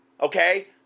okay